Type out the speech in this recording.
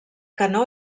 canó